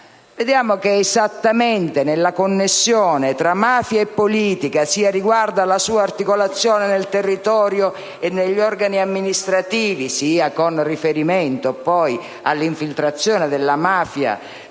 vedranno che è esattamente sulla connessione tra mafia e politica, sia riguardo alla sua articolazione nel territorio e negli organi amministrativi, sia con riferimento all'infiltrazione della mafia